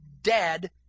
dead